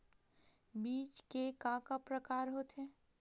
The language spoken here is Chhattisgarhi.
बीज के का का प्रकार होथे?